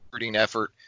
effort